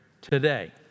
today